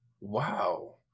Wow